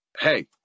hey